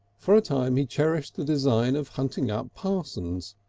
for a time he cherished a design of hunting up parsons,